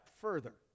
further